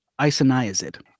isoniazid